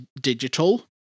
digital